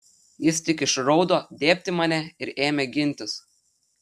jis tik išraudo dėbt į mane ir ėmė gintis